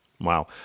wow